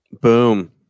Boom